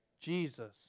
Jesus